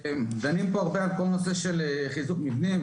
דנים פה הרבה על כל נושא של חיזוק מבנים,